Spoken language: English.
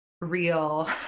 real